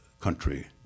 country